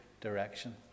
direction